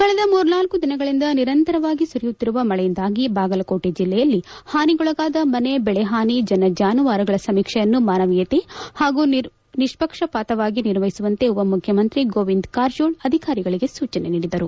ಕಳೆದ ಮೂರ್ನಾಲ್ಲು ದಿನಗಳಿಂದ ನಿರಂತರವಾಗಿ ಸುರಿಯುತ್ತಿರುವ ಮಳೆಯಿಂದಾಗಿ ಬಾಗಲಕೋಟೆ ಜಿಲ್ಲೆಯಲ್ಲಿ ಹಾನಿಗೊಳಗಾದ ಮನೆ ಬೆಳೆಹಾನಿ ಜನ ಜಾನುವಾರುಗಳ ಸಮೀಕ್ಷೆಯನ್ನು ಮಾನವೀಯತೆ ಹಾಗೂ ನಿಷ್ಷಕ್ಷವಾಗಿ ನಿರ್ವಹಿಸುವಂತೆ ಉಪಮುಖ್ಯಮಂತ್ರಿ ಗೋವಿಂದ ಕಾರಜೋಳ ಅಧಿಕಾರಿಗಳಿಗೆ ಸೂಚನೆ ನೀಡಿದರು